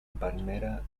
palmera